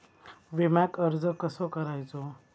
विम्याक अर्ज कसो करायचो?